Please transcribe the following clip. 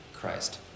Christ